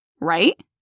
right